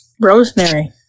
Rosemary